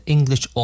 English